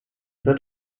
wird